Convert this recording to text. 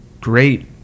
great